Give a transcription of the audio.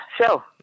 show